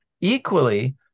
equally